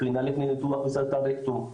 קרינה לפני ניתוח בסרטן רקטום,